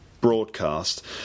broadcast